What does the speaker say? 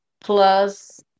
plus